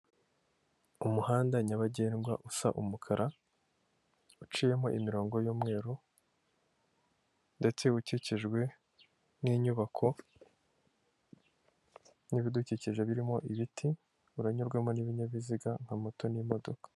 Umuhanda nyabagendwa usa umukara uciyemo imirongo y'umweru, ndetse ukikijwe n'inyubako n'ibidukikije birimo ibiti uranyurwamo n'ibinyabiziga nka moto n'imodoka.